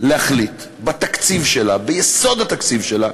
להחליט בתקציב שלה, ביסוד התקציב שלה,